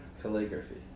Calligraphy